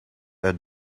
uit